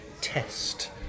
Test